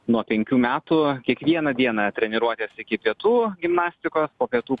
nuo penkių metų kiekvieną dieną treniruotės iki pietų gimnastikos po pietų